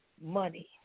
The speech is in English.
Money